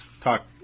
talk